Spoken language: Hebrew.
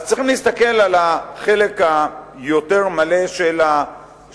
אז צריכים להסתכל על החלק היותר מלא של הכוס,